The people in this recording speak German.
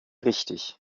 richtig